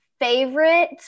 Favorite